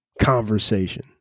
conversation